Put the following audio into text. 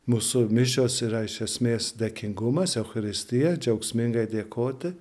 mūsų mišios yra iš esmės dėkingumas eucharistija džiaugsmingai dėkoti